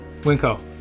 Winco